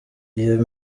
iyo